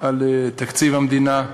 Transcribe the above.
על תקציב המדינה,